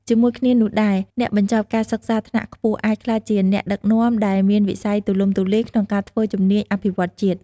ជាមួយគ្នានោះដែរ អ្នកបញ្ចប់ការសិក្សាថ្នាក់ខ្ពស់អាចក្លាយជាអ្នកដឹកនាំដែលមានវិស័យទូលំទូលាយក្នុងការធ្វើជំនាញអភិវឌ្ឍជាតិ។